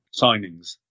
signings